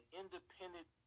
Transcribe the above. independent